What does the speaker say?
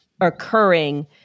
occurring